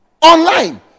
online